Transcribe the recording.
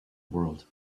world